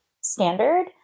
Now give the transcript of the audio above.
standard